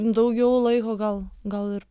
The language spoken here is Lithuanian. daugiau laiko gal gal ir